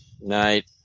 night